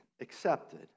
accepted